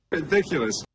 Ridiculous